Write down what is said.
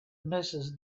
mrs